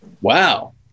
Wow